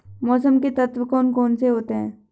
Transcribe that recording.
मौसम के तत्व कौन कौन से होते हैं?